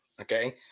Okay